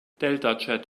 deltachat